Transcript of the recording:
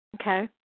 Okay